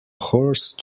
horse